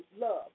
love